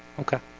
okay?